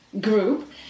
group